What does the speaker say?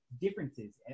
differences